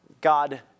God